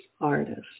artist